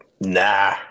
Nah